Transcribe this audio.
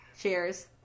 Cheers